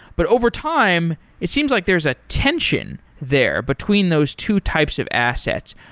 but overtime, it seems like there's a tension there between those two types of assets.